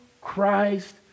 Christ